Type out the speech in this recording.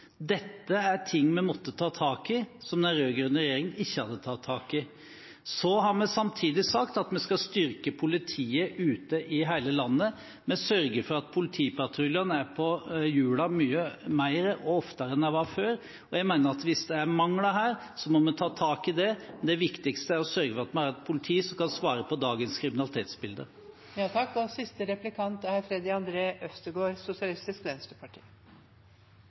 Dette er ting vi måtte ta tak i, som den rød-grønne regjeringen ikke hadde tatt tak i. Så har vi samtidig sagt at vi skal styrke politiet ute i hele landet. Vi sørger for at politipatruljene er på hjul mer og oftere enn de var før. Jeg mener at hvis det er mangler her, må vi ta tak i det, men det viktigste er å sørge for at vi har et politi som kan svare på dagens kriminalitetsbilde. Representanten Helleland sier det går godt i norsk økonomi. Det pleier han å gjøre, men spørsmålet er